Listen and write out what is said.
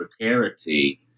precarity